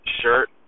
shirt